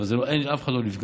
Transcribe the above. אבל אף אחד לא נפגע.